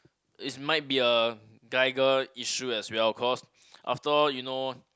it's might be a guy girl issue as well cause after all you know